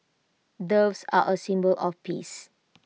doves are A symbol of peace